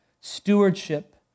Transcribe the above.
stewardship